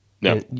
No